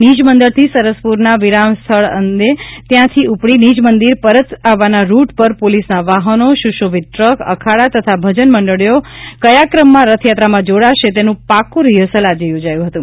નિજ મંદિરથી સરસપુરના વિરામ સ્થળ અને ત્યાંથી ઉપડી નિજમંદિર પરત આવવાના રૂટ ઉપર પોલીસના વાહનો સુશોભિત ટ્રક અખાડા તથા ભજન મંડળીઓ કયા ક્રમમાં રથયાત્રામાં જોડાશે તેનું પાક્કું રીહર્સલ આજે યોજાયું હતું